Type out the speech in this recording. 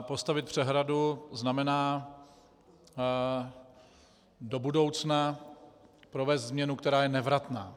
Postavit přehradu znamená do budoucna provést změnu, která je nevratná.